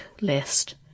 list